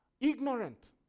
ignorant